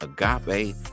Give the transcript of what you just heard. Agape